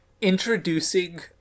introducing